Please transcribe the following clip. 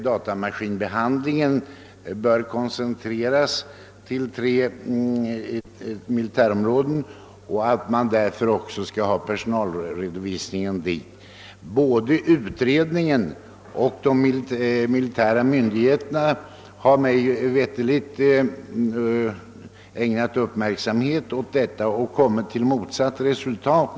Datamaskinbehandlingen föreslås bli koncentrerad till tre militärområden, och personalredovisningen skulle alltså förläggas till tre platser inom dessa områden. Både utredningen och de militära myndigheterna har, mig veterligen, ägnat stor uppmärksamhet åt denna fråga och kommit till motsatt resultat.